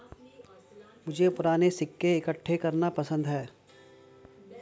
मुझे पूराने सिक्के इकट्ठे करना पसंद है